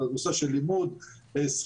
על הנושא של לימוד שחייה,